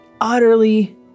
utterly